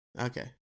Okay